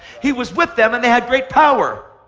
he was with them, and they had great power.